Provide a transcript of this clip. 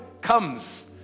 comes